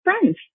friends